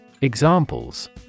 Examples